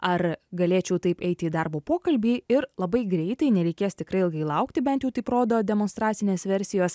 ar galėčiau taip eiti į darbo pokalbį ir labai greitai nereikės tikrai ilgai laukti bent taip rodo demonstracinės versijos